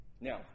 now